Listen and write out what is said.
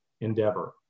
endeavor